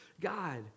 God